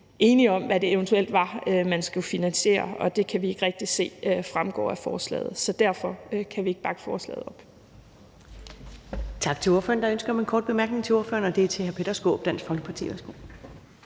enige om, hvad det eventuelt er, man skal finansiere, og det kan vi ikke rigtig se fremgår af forslaget. Så derfor kan vi ikke bakke forslaget op.